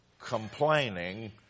complaining